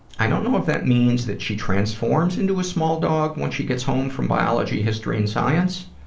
i don't know if that means that she transforms into a small dog once she gets home from biology, history, and science